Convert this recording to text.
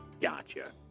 gotcha